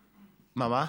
מה?